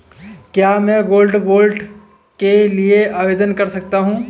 क्या मैं gold bond के लिए आवेदन कर सकता हूं?